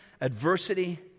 adversity